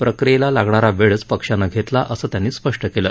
प्रक्रियेला लागणारा वेळच पक्षानं घेतला असं त्यांनी स्पष्ट केलं